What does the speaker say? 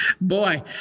Boy